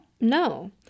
No